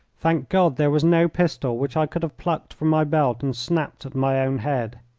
thank god, there was no pistol which i could have plucked from my belt and snapped at my own head.